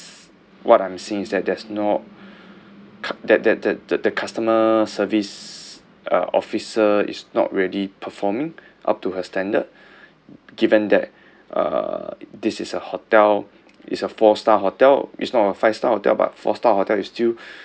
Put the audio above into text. what I'm seeing is that there's no cu~ that that that the the customer service uh officer is not really performing up to her standard given that uh this is a hotel is a four star hotel is not a five star hotel but four star hotel is still